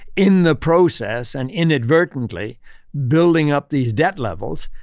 in the process and inadvertently building up these debt levels.